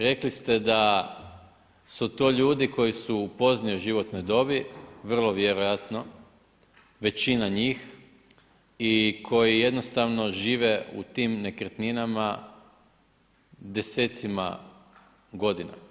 Rekli ste da su to ljudi koji su u poznijoj životnoj dobi, vrlo vjerojatno, većina njih i koji jednostavno žive u tom nekretninama, desecima godina.